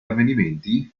avvenimenti